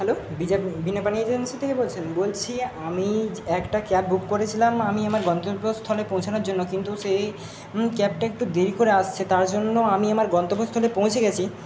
hello বিজাপ Binapani agency থেকে বলছেন বলছি আমি যে একটা ক্যাব বুক করেছিলাম আমি আমার গন্তব্যস্থলে পৌঁছানোর জন্য কিন্তু সেই ক্যাবটা একটু দেরি করে আসছে তার জন্য আমি আমার গন্তব্যস্থলে পৌঁছে গেছি